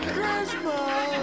Christmas